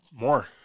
More